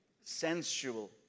sensual